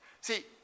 See